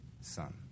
Son